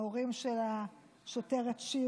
ההורים של השוטרת שיר,